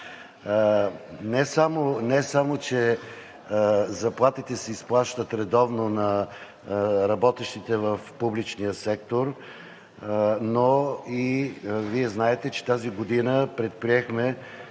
Не само че заплатите се изплащат редовно на работещите в публичния сектор, но и Вие знаете, че тази година предприехме